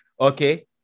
okay